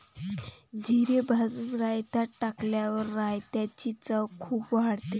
जिरे भाजून रायतात टाकल्यावर रायताची चव खूप वाढते